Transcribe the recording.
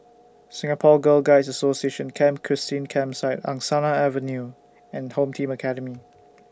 Singapore Girl Guides Association Camp Christine Campsite Angsana Avenue and Home Team Academy